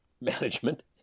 management